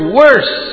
worse